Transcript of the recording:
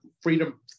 freedom